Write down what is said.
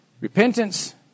Repentance